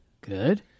Good